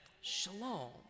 Shalom